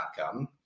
outcome